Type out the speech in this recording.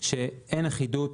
שאין אחידות